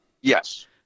yes